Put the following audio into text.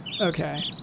Okay